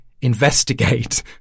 investigate